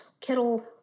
Kettle